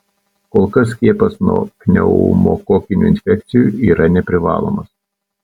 kol kas skiepas nuo pneumokokinių infekcijų yra neprivalomas